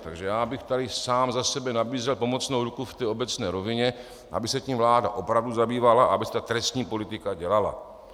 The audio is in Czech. Takže já bych tady sám za sebe nabízel pomocnou ruku v té obecné rovině, aby se tím vláda opravdu zabývala a aby se ta trestní politika dělala.